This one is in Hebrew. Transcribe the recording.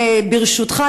ברשותך,